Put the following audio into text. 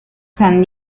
san